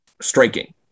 striking